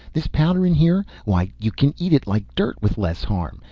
this powder in here why you can eat it like dirt, with less harm.